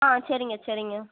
on சரிங்க சரிங்க